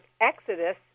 Exodus